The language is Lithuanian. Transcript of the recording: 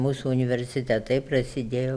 mūsų universitetai prasidėjo